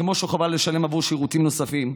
כמו שחובה לשלם עבור שירותים נוספים,